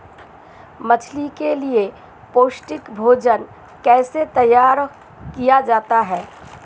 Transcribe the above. मछली के लिए पौष्टिक भोजन कैसे तैयार किया जाता है?